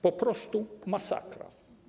Po prostu masakra.